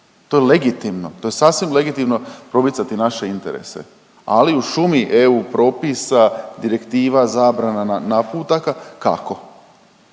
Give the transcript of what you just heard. To je legitimno, to je sasvim legitimno promicati naše interese, ali u šumi EU propisa, direktiva, zabrana, naputaka kako.